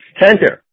center